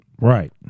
Right